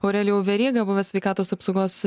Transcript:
aurelijau veryga buvęs sveikatos apsaugos